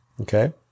Okay